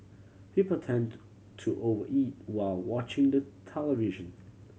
people tend to over eat while watching the television